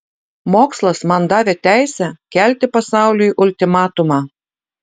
mokslas man davė teisę kelti pasauliui ultimatumą